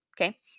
okay